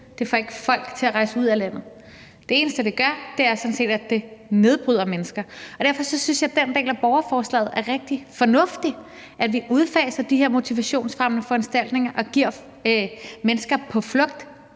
Det får ikke folk til at rejse ud af landet. Det eneste, det gør, er sådan set, at det nedbryder mennesker. Derfor synes jeg, at den del af borgerforslaget er rigtig fornuftig, altså at vi udfaser de her motivationsfremmende foranstaltninger og giver mennesker på flugt